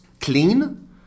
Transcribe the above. clean